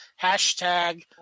Hashtag